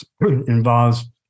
involves